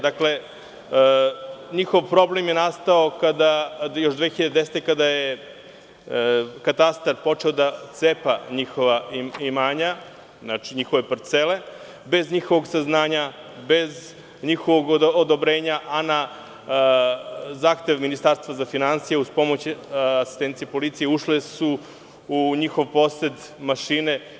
Dakle, njihov problem je nastao još 2010. godine, kada je katastar počeo da cepa njihova imanja, njihove parcele, bez njihovog saznanja, bez njihovog odobrenja, a na zahtev Ministarstva za finansije i uz pomoć asistencije policije ušli su u njihov posed mašine.